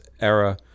era